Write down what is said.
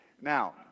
Now